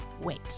wait